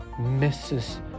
Mrs